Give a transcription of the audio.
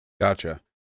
Gotcha